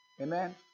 Amen